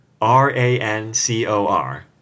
R-A-N-C-O-R